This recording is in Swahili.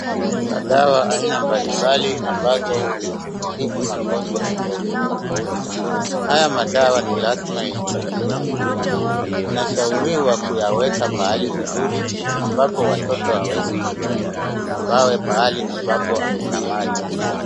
Kuna dawa aina mbalimbali ambazo hutibu magonjwa tofauti tofauti. Haya madawa ni lazima ihifadhiwe vizuri. Unashauriwa kuyaweka pahali mzuri ambapo watoto hawawezi kufikia na pawe pahali ambapo hakuna maji.